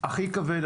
הכי כבד,